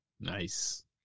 Nice